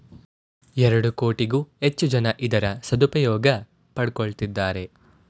ಎರಡು ಕೋಟಿಗೂ ಹೆಚ್ಚು ಜನ ಇದರ ಸದುಪಯೋಗ ಪಡಕೊತ್ತಿದ್ದಾರೆ